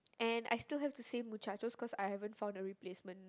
and I still have to say mocha just cause I haven't found a replacement